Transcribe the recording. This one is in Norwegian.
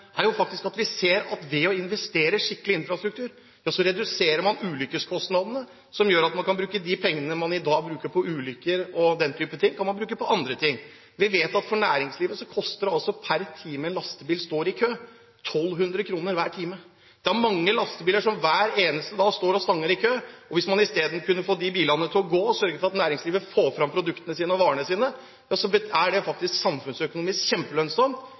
er at vi ser at ved å investere skikkelig i infrastruktur reduserer man ulykkeskostnadene, som gjør at man kan bruke de pengene man i dag bruker på ulykker og den type ting, på andre ting. Vi vet at det for næringslivet koster 1 200 kr per time for en lastebil som står i kø. Det er mange lastebiler som hver eneste dag står og stanger i kø. Hvis man isteden kunne få disse bilene til å gå, og sørge for at næringslivet får fram produktene og varene sine, er det faktisk samfunnsøkonomisk kjempelønnsomt.